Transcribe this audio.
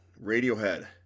Radiohead